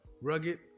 rugged